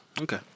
Okay